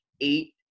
eight